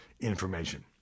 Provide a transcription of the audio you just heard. information